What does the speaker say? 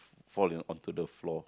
fall onto the floor